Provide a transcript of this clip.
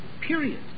period